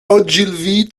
ogilvy